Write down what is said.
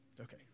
Okay